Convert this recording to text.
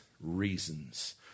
reasons